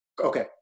Okay